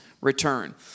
return